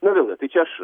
na vėlgi tai čia aš